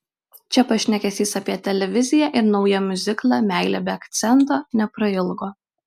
čia pašnekesys apie televiziją ir naują miuziklą meilė be akcento neprailgo